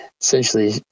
Essentially